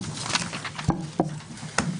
בבקשה.